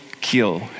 kill